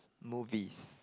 movies